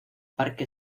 parque